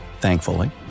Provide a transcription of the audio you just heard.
thankfully